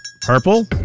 Purple